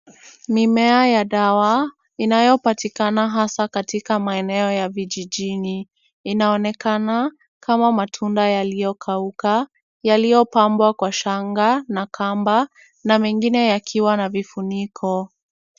Mimea ya dawa inayopatikana hasa katika maeneo ya vijijini. Inaonekana kama matunda yaliyokauka, yaliyopambwa kwa shanga na kamba na mengine yakiwa na vifuniko.